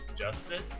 justice